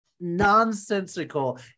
nonsensical